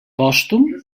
pòstum